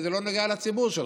כי זה לא נוגע לציבור שלך.